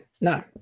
no